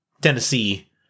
Tennessee